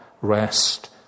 rest